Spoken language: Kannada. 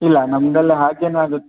ಇಲ್ಲ ನಮ್ಮದೆಲ್ಲ ಹಾಗೇನು ಆಗು